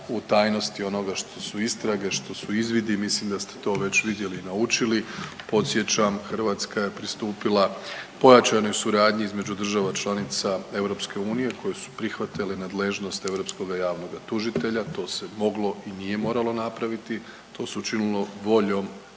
u tajnosti onoga što su istrage, što su izvidi. Mislim da ste to već vidjeli i naučili. Podsjećam, Hrvatska je pristupila pojačanoj suradnji između država članica Europske unije koje su prihvatile nadležnost Europskoga javnoga tužitelja. To se moglo i nije moralo napraviti. To se učinilo voljom